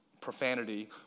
profanity